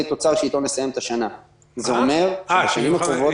תוצר שאיתו נסיים את השנה ונצטרך להחזיר את הדבר הזה.